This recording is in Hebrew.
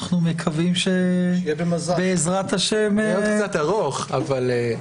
אנחנו מקווים שבעזרת-השם --- זה עוד קצת ארוך אבל כן.